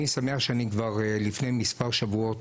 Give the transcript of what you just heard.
אני שמח שאני כבר לפני מספר שבועות,